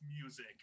music